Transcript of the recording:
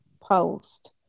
post